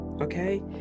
okay